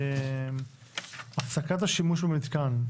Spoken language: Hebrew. הפסקת השימוש במתקן,